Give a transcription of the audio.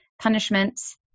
punishments